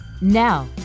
Now